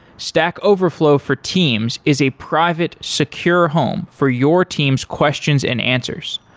stack overflow for teams is a private secure home for your teams' questions and answers.